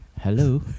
hello